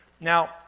Now